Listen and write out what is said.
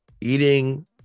eating